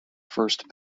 first